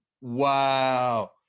Wow